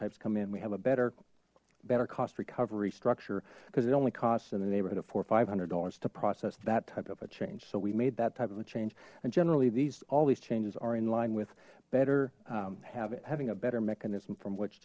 types come in we have a better better cost recovery structure because it only costs in the neighborhood of four or five hundred dollars to process that type of a change so we made that type of a change and generally these all these changes are in line with better have it having a better mechanism